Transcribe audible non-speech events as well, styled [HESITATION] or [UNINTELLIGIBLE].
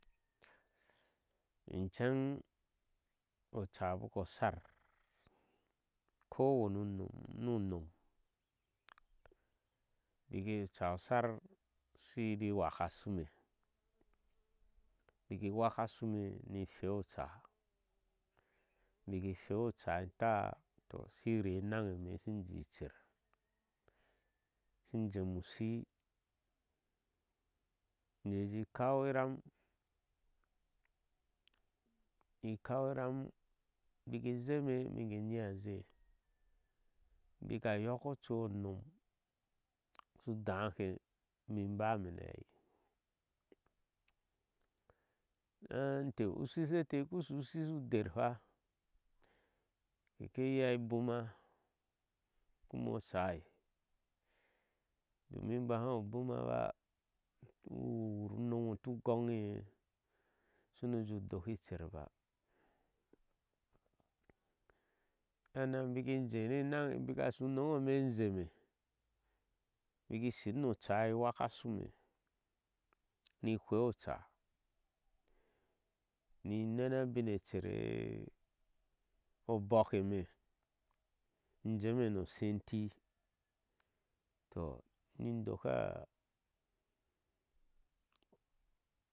Ince oceá biko oshar, ko wani uniom nu nom biko oca ochar, ka shike waka ashume biki waka ashúm ni in hweáá ocáá baki hwáá ocaá in taa tih ishi inrii anaŋ eme ishin jee icer ishin jee me ushii in jee ji in kau iram in kau iram baki zeme in nyéé a sɛɛ bake nyee azee aja yok ocu onom ishu daake ime inbaá me ni aheɛi [HESITATION] ushishe teh uku shu shii shu der hwa, keke iya a buma kumo ocai domin bahau buma ba baka wur unomŋe ubaku to goniyeh usuni uje ju dok. ker ba sannan baki jee ni enanŋe a baka ashu unoŋe eme ishi i zeeme bikin shir ni ocan in waka ashume niin hwea oca ni nene abin e icer obnɔɔk eme in jee me ni oshi enti. [UNINTELLIGIBLE]